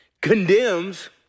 condemns